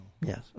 Yes